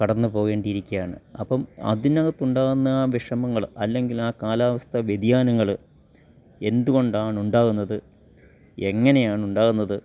കടന്നു പോകേണ്ടിരിക്കുകയാണ് അപ്പോള് അതിനകത്തുണ്ടാകുന്ന ആ വിഷമങ്ങള് അല്ലെങ്കിലാ കാലാവസ്ഥാ വ്യതിയാനങ്ങള് എന്തുകൊണ്ടാണുണ്ടാകുന്നത് എങ്ങനെയാണുണ്ടാകുന്നത്